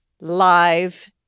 live